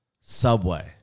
Subway